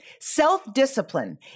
Self-discipline